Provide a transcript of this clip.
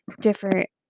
different